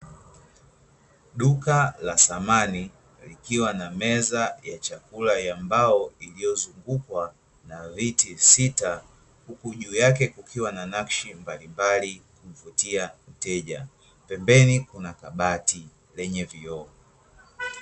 Duka la samani likiwa na meza ya chakula ya mbao iliyozungukwa na viti sita, huku juu yake kukiwa na nakshi mbalimbali kumvutia mteja. Pembeni kuna kabati lenye vioo.